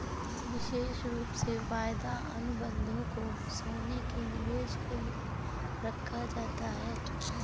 विशेष रूप से वायदा अनुबन्धों को सोने के निवेश के लिये रखा जाता है